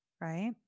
right